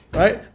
right